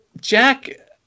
Jack